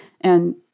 And-